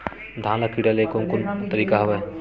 धान ल कीड़ा ले के कोन कोन तरीका हवय?